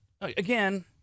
Again